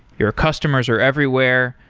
your customers are everywhere.